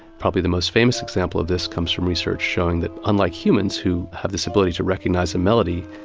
probably the most famous example of this comes from research showing that, unlike humans who have this ability to recognise a melody,